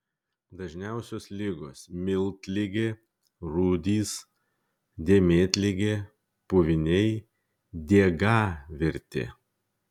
dažniausios ligos miltligė rūdys dėmėtligė puviniai diegavirtė